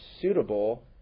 suitable